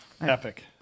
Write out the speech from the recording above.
Epic